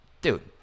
dude